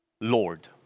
Lord